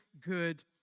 good